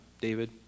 David